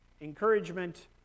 Encouragement